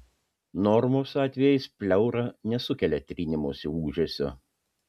normos atvejais pleura nesukelia trynimosi ūžesio